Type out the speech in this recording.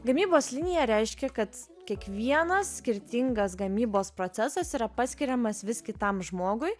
gamybos linija reiškė kad kiekvienas skirtingas gamybos procesas yra paskiriamas vis kitam žmogui